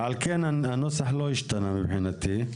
על כן הנוסח לא השתנה מבחינתי.